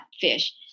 fish